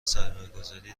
سرمایهگذاری